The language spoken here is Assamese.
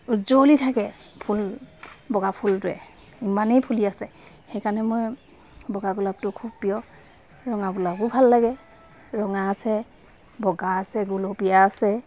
উজ্জলি থাকে ফুল বগা ফুলটোৱে ইমানেই ফুলি আছে সেইকাৰণে মই বগা গোলাপটো খুব পিয় ৰঙা গোলাপো ভাল লাগে ৰঙা আছে বগা আছে গুলপীয়া আছে